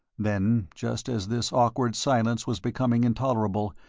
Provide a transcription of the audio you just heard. then, just as this awkward silence was becoming intolerable,